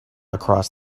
across